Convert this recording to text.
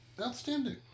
Outstanding